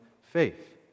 faith